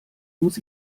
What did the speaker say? muss